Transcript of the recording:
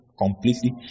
completely